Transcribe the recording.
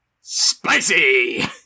spicy